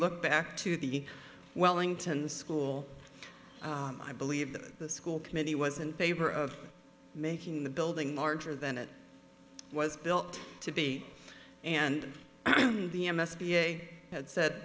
look back to the wellington school i believe that the school committee was in favor of making the building larger than it was built to be and the m s p a had said